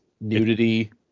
nudity